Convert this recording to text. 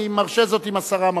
אני מרשה זאת אם השרה מרשה.